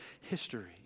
history